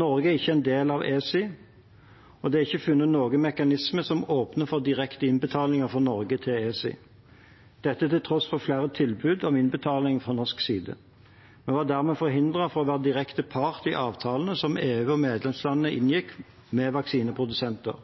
Norge er ikke del av ESI, og det er ikke funnet noen mekanisme som åpner for direkte innbetalinger fra Norge til ESI – dette til tross for flere tilbud om innbetaling fra norsk side. Vi var dermed forhindret fra å være direkte part i avtalene som EU og medlemslandene inngikk med vaksineprodusenter.